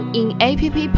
in-app